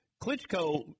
Klitschko